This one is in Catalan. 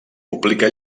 publica